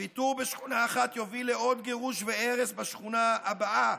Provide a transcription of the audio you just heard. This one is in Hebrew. ויתור בשכונה אחת יוביל לעוד גירוש והרס בשכונה הבאה.